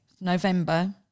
November